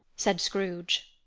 said scrooge.